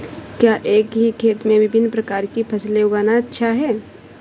क्या एक ही खेत में विभिन्न प्रकार की फसलें उगाना अच्छा है?